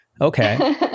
Okay